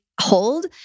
hold